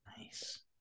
nice